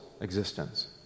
existence